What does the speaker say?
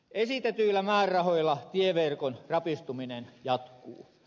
esitetyillä määrärahoilla tieverkon rapistuminen jatkuu